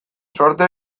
zortea